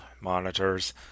monitors